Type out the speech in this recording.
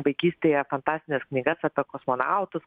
vaikystėje fantastines knygas apie kosmonautus